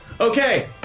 Okay